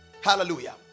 hallelujah